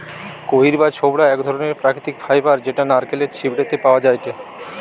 কইর বা ছোবড়া এক ধরণের প্রাকৃতিক ফাইবার যেটা নারকেলের ছিবড়ে তে পাওয়া যায়টে